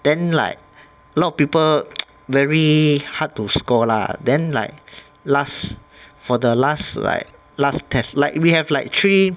then like a lot of people very hard to score lah then like last for the last like last test like we have like three